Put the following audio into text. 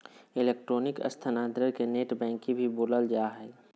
electronic स्थानान्तरण के net banking भी बोलल जा हइ